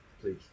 please